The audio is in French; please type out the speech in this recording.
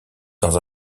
dans